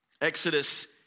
Exodus